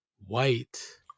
White